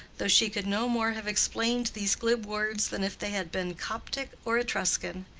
though she could no more have explained these glib words than if they had been coptic or etruscan.